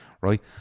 right